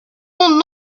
comptes